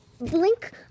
blink